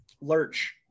Lurch